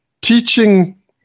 teaching